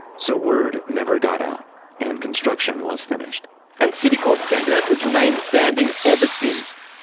so, word never got out and construction was finished and citicorp center has remained standing ever since,